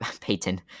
Peyton